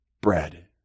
bread